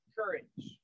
courage